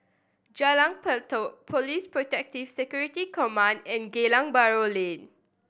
Jalan Pelatok Police Protective Security Command and Geylang Bahru Lane